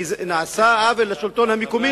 כי נעשה עוול לשלטון המקומי